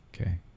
Okay